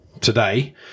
today